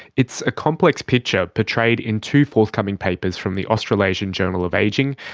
it's a complex picture portrayed in two forthcoming papers from the australasian journal of ageing,